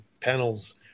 panels